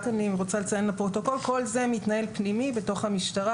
אני רוצה לציין לפרוטוקול שכל זה מתנהל פנימי בתוך המשטרה,